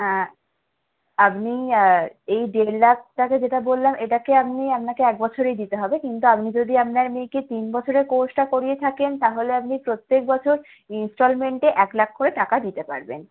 হ্যাঁ আপনি অ্যা এই ডেড় লাখটাকে যেটা বললাম এটাকে আপনি আপনাকে এক বছরেই দিতে হবে কিন্তু আপনি যদি আপনার মেয়েকে তিন বছরের কোর্সটা করিয়ে থাকেন তাহলে আপনি প্রত্যেক বছর ইন্সটলমেন্টে এক লাখ করে টাকা দিতে পারবেন